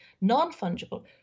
Non-fungible